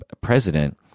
president